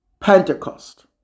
Pentecost